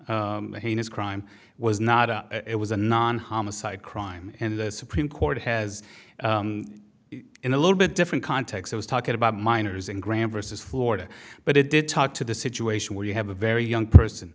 is crime was not it was a non homicide crime and the supreme court has in a little bit different context i was talking about minors and graham versus florida but it did talk to the situation where you have a very young person